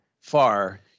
far